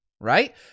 Right